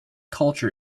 culture